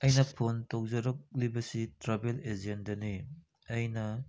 ꯑꯩꯅ ꯐꯣꯟ ꯇꯧꯖꯔꯛꯂꯤꯕꯁꯤ ꯇ꯭ꯔꯥꯕꯦꯜ ꯑꯦꯖꯦꯟꯗꯅꯤ ꯑꯩꯅ